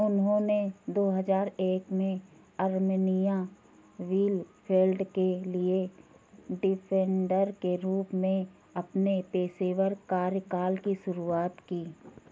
उन्होंने दो हज़ार एक में आर्मिनिया बीलफेल्ड के लिए डिफ़ेंडर के रूप में अपने पेशेवर कार्यकाल की शुरुआत की